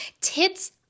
Tits